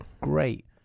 Great